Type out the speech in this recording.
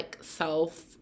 self